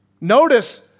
Notice